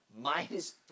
minus